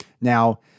now